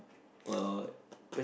what what what